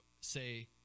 say